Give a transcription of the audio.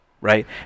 right